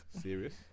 serious